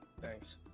Thanks